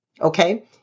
Okay